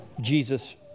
Jesus